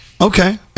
Okay